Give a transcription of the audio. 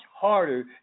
harder